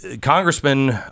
Congressman